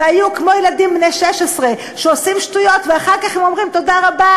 והיו כמו ילדים בני 16 שעושים שטויות ואחר כך הם אומרים: תודה רבה,